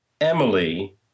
Emily